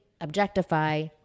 objectify